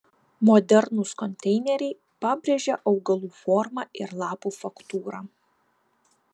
modernūs konteineriai pabrėžia augalų formą ir lapų faktūrą